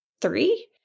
three